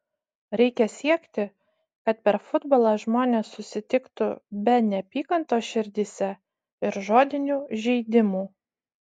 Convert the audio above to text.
reikia siekti kad per futbolą žmonės susitiktų be neapykantos širdyse ir žodinių žeidimų